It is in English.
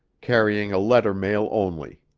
carrying a letter mail only.